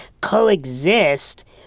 coexist